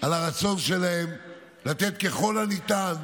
על הרצון שלהם לתת ככל הניתן,